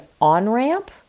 on-ramp